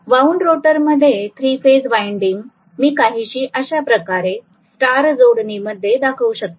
wound rotor मध्ये three phase winding मी काहीशी अशाप्रकारे स्टार जोडणी मध्ये दाखवू शकतो